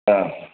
ആ